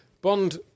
Bond